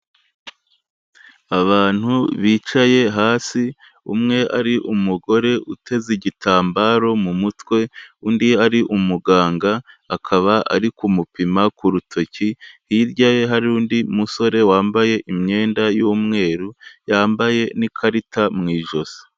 Abantu bicaye hasi, umwe ari umugore uteze igitambaro mu mutwe, undi ari umuganga akaba, ari kumupima ku rutoki, hirya ye hari undi musore wambaye imyenda y'umweru, yambaye n'ikarita mu ijosi.